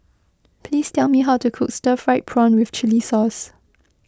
please tell me how to cook Stir Fried Prawn with Chili Sauce